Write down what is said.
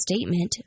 statement